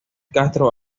castro